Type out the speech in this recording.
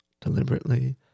deliberately